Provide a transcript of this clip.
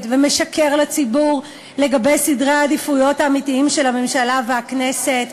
ומשקר לציבור לגבי סדרי העדיפויות האמיתיים של הממשלה והכנסת.